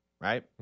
right